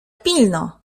pilno